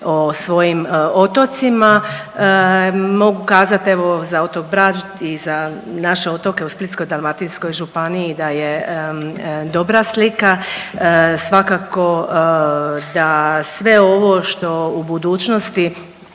o svojih otocima. Mogu kazat evo za otok Brač i za naše otoke u Splitsko-dalmatinskoj županiji da je dobra slika. Svakako da sve ovo što u budućnosti